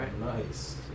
nice